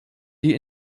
die